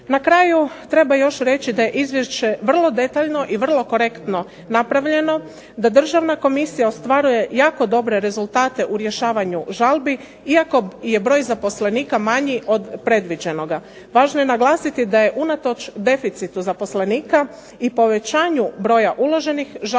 Na kraju treba još reći da je izvješće vrlo detaljno i vrlo korektno napravljeno, da državna komisija ostvaruje jako dobre rezultate u rješavanju žalbi iako je broj zaposlenika manji od predviđenoga. Važno je naglasiti da je unatoč deficitu zaposlenika i povećanju broja uloženih žalbi